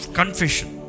confession